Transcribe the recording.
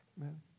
amen